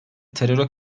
teröre